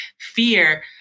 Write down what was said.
fear